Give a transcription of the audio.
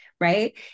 Right